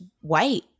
white